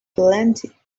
plenty